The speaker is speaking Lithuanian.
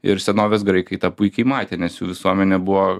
ir senovės graikai tą puikiai matė nes jų visuomenė buvo